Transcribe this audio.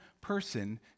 person